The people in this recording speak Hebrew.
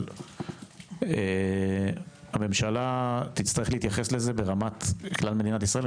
אבל הממשלה תצטרך להתייחס לזה ברמת כלל מדינת ישראל.